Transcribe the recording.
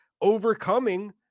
overcoming